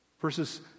Verses